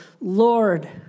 Lord